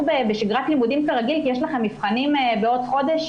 בשגרת לימודים כרגיל כי יש לכן מבחני רישוי בעוד חודש.